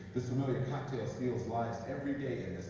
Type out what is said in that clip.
this familiar cocktail steals lives every day in